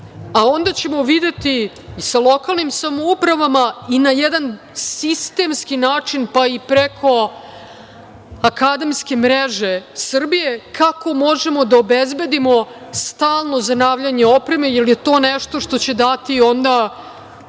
ćemo videti i sa lokalnim samoupravama i na jedan sistemski način, pa i preko Akademske mreže Srbije kako možemo da obezbedimo stalno zanavljanje opreme, jer je to nešto što će dati onda